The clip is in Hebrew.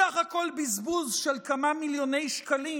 בסך הכול בזבוז של כמה מיליוני שקלים